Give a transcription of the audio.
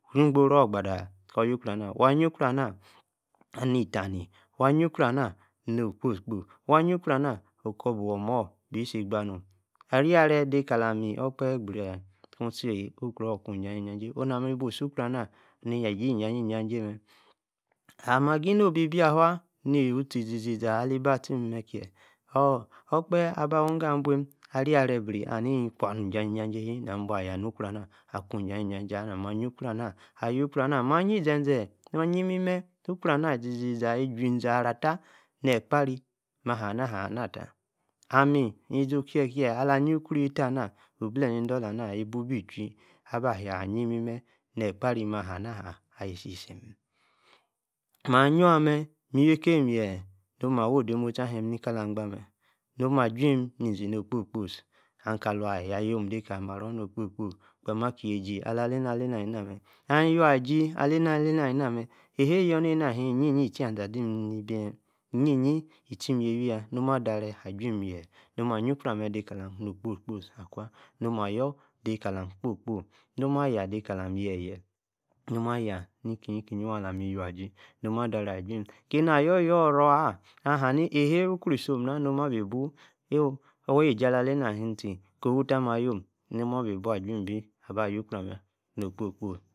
Igboro-gbadaa, kor-yor ukro naa, wayi-ukro naa-ni itami, waa, ayie-ukro amaa, okposi-waa ayie ukro naa okor, buo-moor bi-si gbaa nom, arireeh de ka-la-mi okpehe, gbree kuu si ukro kwaa, ijan-jijajay oo-nam ibu si ukro amaa ayaa-ijan-jijajay mee, ama agi no bi-bua afua, ni-iwi. Utie izi-ziza ali-ibi attimme kiee orr-okpehe, aba wi-igo, abiem, arereeh, bree, ahaa-ni-nkwa ijajijajay shee na bua ayaa nu-uhor akwa-ijajijajay ah-naa, maa-ayie ukro amaa, ma ayor ukro-na-maa ayiee-ize-zee, ma-ayie emimee ukro naa izi-zi-za, ijier-izi, arratan, Ekpari, maa- haa na-haa, na-tae ammi, ni-zi-okie-kie, ala-ayie-ukro, yeata, amaa, oblee ni-idolaa, anaa, yee buu-bi-ichui, aba-ahiea-ayie, imimme, Ekpari maa-ha, na haa, ayisi-si mee, man nyaa mee, mi-iwi-kem, yee, mo maa awaa odemostie aluim ni-kalu-agbaan mee no-ma ajem, mizi no-okpo-kpo, amm ka, lwaa, yaa-yiom de, kalimaro no-kpo-kpo, kpem, akie-yie-ji, alaah lame-naa alino mee, alim ywaa ijee, alay-na-alay-na, ali-naa mee, ahee, yournee-naa-himmi-iyie-yie, itiazee, ade-yaa, iyie, yie. itiem, yoewi-yaa, no-maa adareeh, ajeem-gee, no-maa ayie-ukro maa kalaam-no-kpo-kpo, no-maa-yor-de-kalaem kpo-kpo, no ama yaah de-kalaam yee, yee, mo-maa-yoah, ikie-yie-kie-waa alami. iyia-iji, no-maa adareeh ajeem, kame-naa. ayor-yor ora, aa, n-ahaa, ni ukro isom naa, no maa-bi buo, kuu weji alaah, lay-naa-him tie, kowoo-tae maa yoom, mo maa bi buo ajume, no okpo-kpo